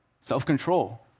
Self-control